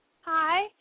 Hi